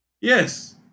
Yes